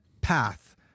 path